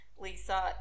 Lisa